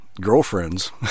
girlfriends